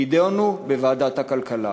נדונו בוועדת הכלכלה.